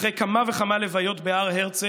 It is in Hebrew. אחרי כמה וכמה הלוויות בהר הרצל,